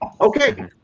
Okay